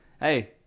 hey